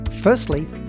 Firstly